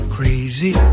Crazy